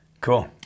Cool